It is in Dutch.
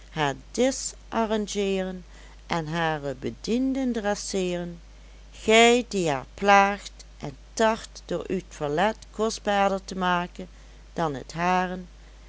disch arrangeeren en hare bedienden dresseeren gij die haar plaagt en tart door uw toilet kostbaarder te maken dan het hare